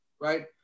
right